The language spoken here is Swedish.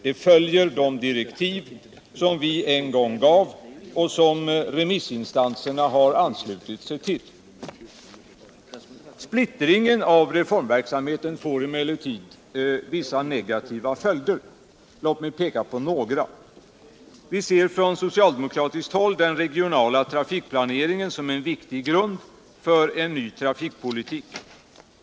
De följer de direktiv vi en gång gav och som remissinstanserna har anslutit sig till. Splittringen av reformverksamheten får dock vissa negativa följder. Låt mig peka på några. Vi ser från socialdemokratiskt håll den regionala trafikplaneringen som en viktig grund för en ny trafikpolitik.